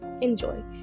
Enjoy